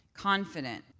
confident